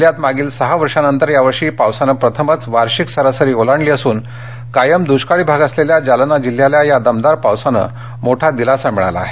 जिल्ह्यात मागील सहा वर्षानंतर यावर्षी पावसानं प्रथमच वार्षिक सरासरी ओलांडली असून कायम दुष्काळी भाग असलेल्या जालना जिल्ह्याला या दमदार पावसामुळे मोठा दिलासा मिळाला आहे